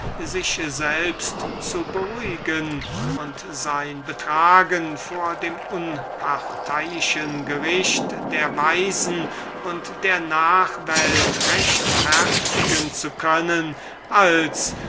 sich selbst zu beruhigen und auf alle fälle sein betragen vor dem unparteiischen gericht der weisen und der nachwelt rechtfertigen zu können als